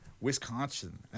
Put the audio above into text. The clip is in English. wisconsin